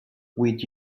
with